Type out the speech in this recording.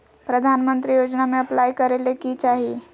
प्रधानमंत्री योजना में अप्लाई करें ले की चाही?